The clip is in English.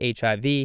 HIV